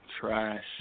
Trash